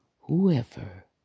whoever